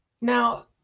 Now